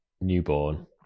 newborn